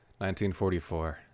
1944